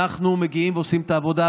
אנחנו מגיעים ועושים את העבודה,